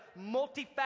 multifaceted